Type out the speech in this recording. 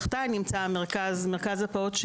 מתחתיי נמצא גם תחום מעונות היום וגם ׳מרכז הפעוט׳,